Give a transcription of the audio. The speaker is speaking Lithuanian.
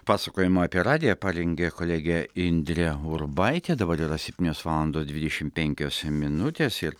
pasakojimą apie radiją parengė kolegė indrė urbaitė dabar yra septynios valandos dvidešimt penkios minutės ir